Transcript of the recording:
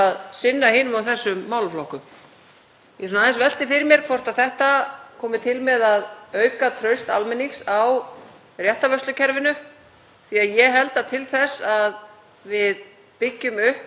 því ég held að til þess að byggja upp sterkt og gott réttarkerfi og auka réttaröryggi þurfum við að byggja upp traust á kerfinu,